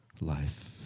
life